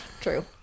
True